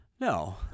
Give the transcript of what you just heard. No